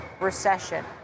recession